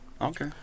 Okay